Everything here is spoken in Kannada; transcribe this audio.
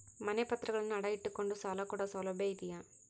ಮನೆ ಪತ್ರಗಳನ್ನು ಅಡ ಇಟ್ಟು ಕೊಂಡು ಸಾಲ ಕೊಡೋ ಸೌಲಭ್ಯ ಇದಿಯಾ?